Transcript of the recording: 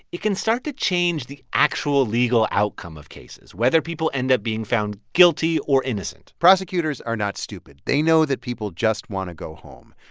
it can start to change the actual legal outcome of cases whether people end up being found guilty or innocent prosecutors are not stupid. they know that people just want to go home.